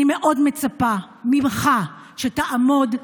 אני מאוד מצפה ממך שתעמוד,